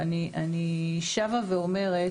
אני שבה ואומרת